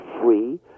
free